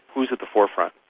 who is at the forefront.